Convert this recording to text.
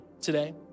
today